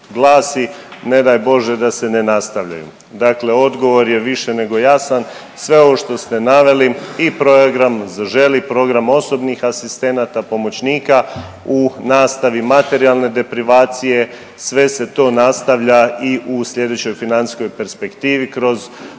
glasi ne daj Bože da se ne nastavljaju, dakle odgovor je više nego jasan. Sve ovo što ste naveli i program „Zaželi“ i program osobnih asistenata, pomoćnika u nastavi, materijalne deprivacije, sve se to nastavlja i u slijedećoj financijskoj perspektivi kroz